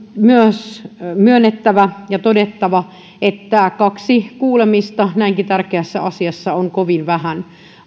myös myönnettävä ja todettava että kaksi kuulemista näinkin tärkeässä asiassa on kovin vähän